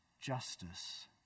justice